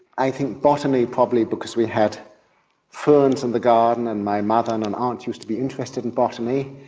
i think botany probably because we had ferns in the garden and my mother and an aunt used to be interested in botany.